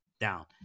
Down